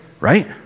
right